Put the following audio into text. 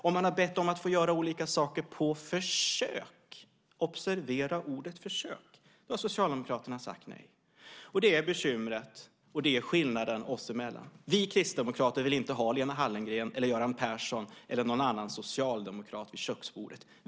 Om man bett om att få göra olika saker på försök - observera ordet försök - har Socialdemokraterna sagt nej. Det är problemet, och det är skillnaden oss emellan. Vi kristdemokrater vill inte ha Lena Hallengren eller Göran Persson eller någon annan socialdemokrat vid köksbordet.